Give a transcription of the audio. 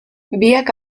biak